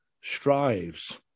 strives